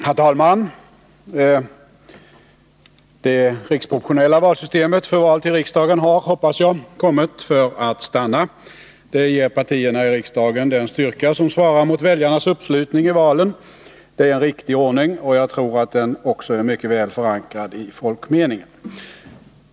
Herr talman! Det riksproportionella valsystemet för val till riksdagen har, hoppas jag, kommit för att stanna. Det ger partierna i riksdagen den styrka som svarar mot väljarnas uppslutning i valen. Det är en riktig ordning, och jag tror att den också är mycket väl förankrad i folkmeningen.